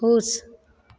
खुश